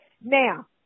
now